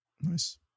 Nice